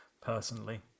personally